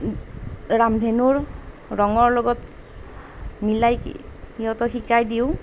ৰামধেনুৰ ৰঙৰ লগত মিলাই সিহঁতক শিকাই দিওঁ